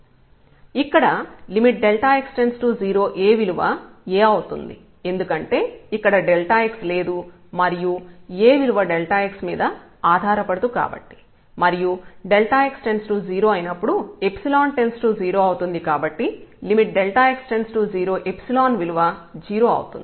ఇక్కడ x→0A విలువ A అవుతుంది ఎందుకంటే ఇక్కడ x లేదు మరియు A విలువ x మీద ఆధార పడదు కాబట్టి మరియు x→0 అయినప్పుడు ϵ→0 అవుతుంది కాబట్టి x→0ϵ విలువ 0 అవుతుంది